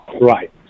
Right